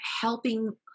helping